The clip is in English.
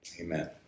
Amen